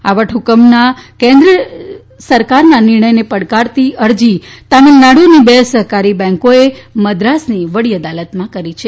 આ વટહૂકમના કેન્દ્ર સરકારના નિર્ણયને પડકારતી અરજી તમિલનાડુની બે સહકારી બેન્કોએ મદ્રાસની વડી અદાલતમાં કરી છે